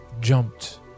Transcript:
jumped